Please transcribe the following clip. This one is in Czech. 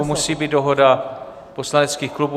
Musí být dohoda poslaneckých klubů.